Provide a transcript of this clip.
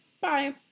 Bye